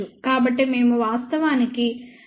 కాబట్టి మేము వాస్తవానికి 10